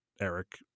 Eric